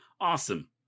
Awesome